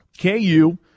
KU